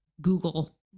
google